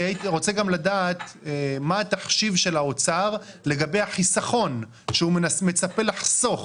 אני רוצה גם לדעת מה התחשיב של האוצר לגבי החיסכון שהוא מצפה לחסוך